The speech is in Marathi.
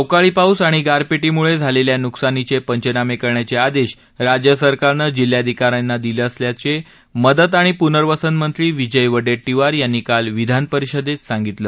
अवकाळी पाऊस आणि गारपी मुळे झालेल्या नुकसानीचे पंचनामे करण्याचे आदेश राज्य सरकारनं जिल्हाधिकाऱ्यांना दिले असल्याचं मदत आणि पुनर्वसन मंत्री विजय वडेट्टीवार यांनी काल विधान परिषदेत सांगितलं